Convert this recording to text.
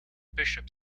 bishop